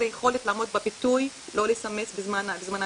יכולת לעמוד בפיתוי לא לסמס בזמן הנהיגה.